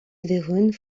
vérone